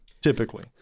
typically